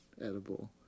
edible